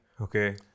Okay